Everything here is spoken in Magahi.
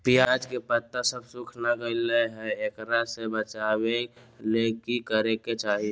प्याज के पत्ता सब सुखना गेलै हैं, एकरा से बचाबे ले की करेके चाही?